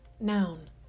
Noun